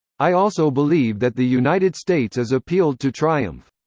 i also believe that the united states is appealed to triumph.